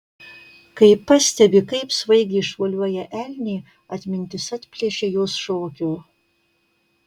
kai pastebi kaip svaigiai šuoliuoja elnė atmintis atplėšia jos šokio